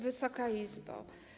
Wysoka Izbo!